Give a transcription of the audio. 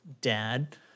Dad